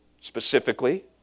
Specifically